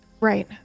right